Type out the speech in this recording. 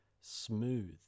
smooth